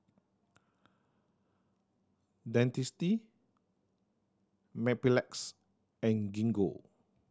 Dentiste Mepilex and Gingko